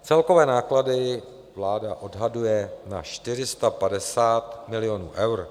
Celkové náklady vláda odhaduje na 450 milionů eur.